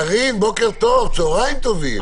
קארין, בוקר טוב, צוהריים טובים.